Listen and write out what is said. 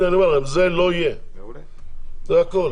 אני אומר לכם, זה לא יהיה, זה הכול.